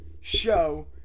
show